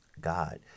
God